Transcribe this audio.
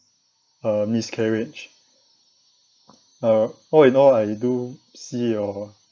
uh miscarriage uh all in all I do see your